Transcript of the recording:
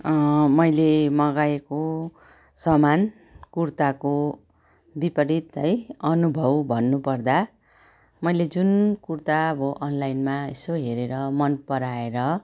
मैले मगाएको सामान कुर्ताको बिपरित है अनुभव भन्नु पर्दा मैले जुन कुर्ता अब अनलाइनमा यसो हेरेर मन पराएर